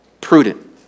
prudent